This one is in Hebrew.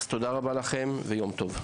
תודה רבה לכם ויום טוב.